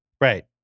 Right